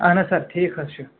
اَہَن حظ سَر ٹھیٖک حظ چھُ